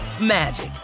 magic